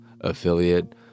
affiliate